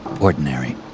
ordinary